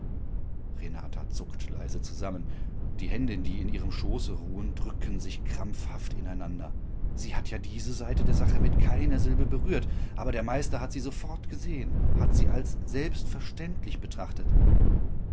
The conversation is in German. renata zuckt leise zusammen die hände die in ihrem schoße ruhen drücken sich krampfhaft ineinander sie hat ja diese seite der sache mit keiner silbe berührt aber der meister hat sie sofort gesehen hat sie als selbstverständlich betrachtet